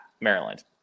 Maryland